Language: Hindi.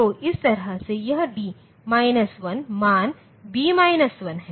तो इस तरह से यह d माइनस 1 मान b माइनस 1 है